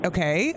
Okay